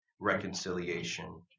reconciliation